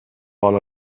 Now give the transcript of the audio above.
على